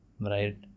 right